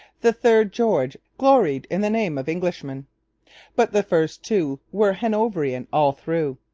the third george gloried in the name of englishman but the first two were hanoverian all through.